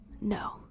no